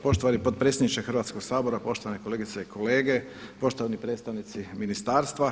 Poštovani potpredsjedniče Hrvatskog sabora, poštovane kolegice i kolege, poštovani predstavnici ministarstva.